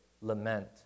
lament